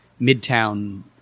midtown